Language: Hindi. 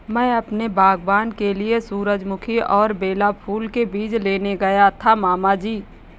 मैं अपने बागबान के लिए सूरजमुखी और बेला फूल के बीज लेने गया था मामा जी